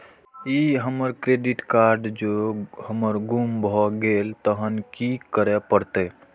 ई हमर credit card जौं हमर गुम भ गेल तहन की करे परतै?